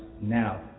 now